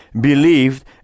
believed